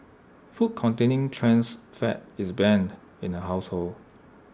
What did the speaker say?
food containing trans fat is banned in her household